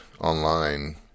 online